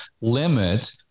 limit